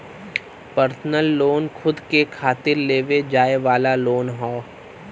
personal loan खुद के खातिर लेवे जाये वाला लोन हौ